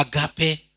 agape